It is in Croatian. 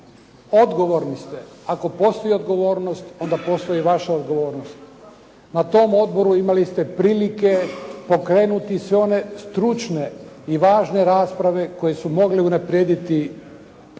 Odgovorni ste ako postoji odgovornost, onda postoji i vaša odgovornost. Na tom odboru imali ste prilike pokrenuti sve one stručne i važne rasprave koje su mogle unaprijediti sustav